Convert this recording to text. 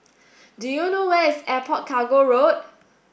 do you know where is Airport Cargo Road